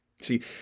See